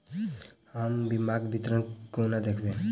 हम बीमाक विवरण कोना देखबै?